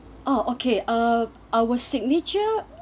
uh okay uh our signature